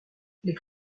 les